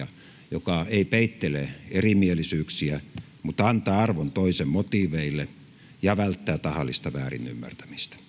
joka ei peittele erimielisyyksiä mutta antaa arvon toisen motiiveille ja välttää tahallista väärinymmärtämistä